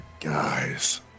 guys